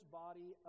body